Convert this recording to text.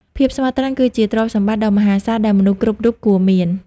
ភាពស្មោះត្រង់គឺជាទ្រព្យសម្បត្តិដ៏មហាសាលដែលមនុស្សគ្រប់រូបគួរមាន។